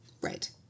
Right